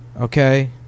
Okay